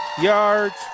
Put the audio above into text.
yards